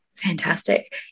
fantastic